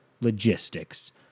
Logistics